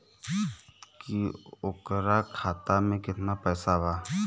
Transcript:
की ओकरा खाता मे कितना पैसा बा?